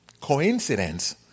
coincidence